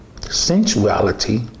sensuality